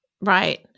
right